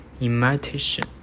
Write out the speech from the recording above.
imitation